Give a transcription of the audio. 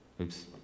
Oops